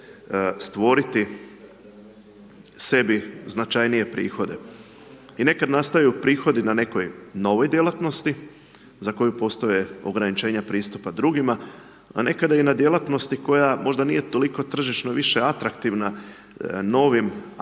stvoriti sebi značajnije prihode. I nekada nastaju prihode iz neke nove djelatnosti, za koje postoje ograničenja pristupa drugima, a nekada i na djelatnosti koja možda nije tržišno atraktivna novim akterima,